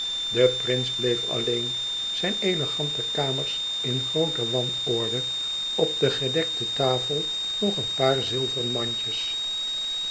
de prins bleef alleen zijn elegante kamers in groote wanorde op de gedekte tafel nog een paar zilveren mandjes